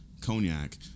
cognac